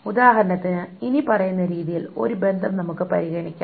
ഉദാഹരണത്തിന് ഇനിപ്പറയുന്ന രീതിയിൽ ഒരു ബന്ധം നമുക്ക് പരിഗണിക്കാം